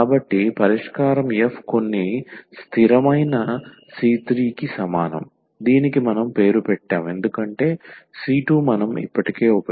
కాబట్టి పరిష్కారం f కొన్ని స్థిరమైన c3 కు సమానం దీనికి మనం పేరు పెట్టాము ఎందుకంటే c2 మనం ఇప్పటికే ఉపయోగించాము